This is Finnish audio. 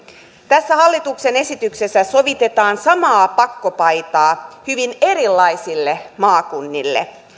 tässä hallituksen esityksessä sovitetaan samaa pakkopaitaa hyvin erilaisille maakunnille